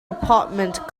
apartment